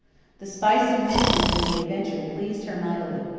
the spice of mischief in the adventure pleased her mightily.